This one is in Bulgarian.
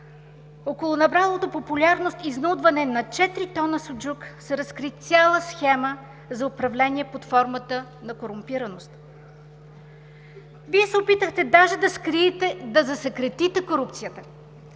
Около набралото популярност изнудване на 4 тона суджук се разкри цяла схема за управление под формата на корумпираност. Вие се опитахте даже да засекретите корупцията,